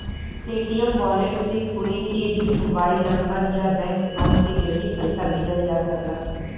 Paytm wallet से कोई के भी मोबाइल नंबर या बैंक अकाउंट के जरिए पइसा भेजल जा सकला